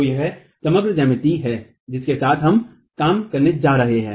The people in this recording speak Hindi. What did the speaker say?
तो यह समग्र ज्यामिति है जिसके साथ हम काम करने जा रहे हैं